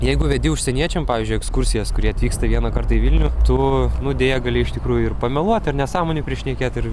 jeigu vedi užsieniečiam pavyzdžiui ekskursijas kurie atvyksta vieną kartą į vilnių tu nu deja gali iš tikrųjų ir pameluot ir nesąmonių prišnekėt ir